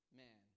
man